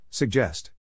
Suggest